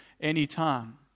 anytime